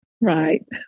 Right